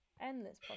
endless